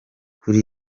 kuri